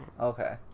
Okay